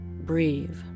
Breathe